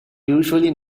usually